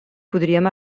podríem